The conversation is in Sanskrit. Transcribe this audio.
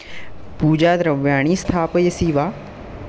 पूजा द्रव्याणि स्थापयसि वा